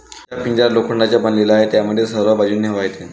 जीचा पिंजरा लोखंडाचा बनलेला आहे, ज्यामध्ये सर्व बाजूंनी हवा येते